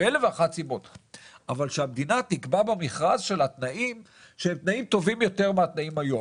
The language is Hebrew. אבל שהמדינה תקבע במכרז שלה תנאים טובים יותר מהתנאים היום